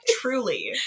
Truly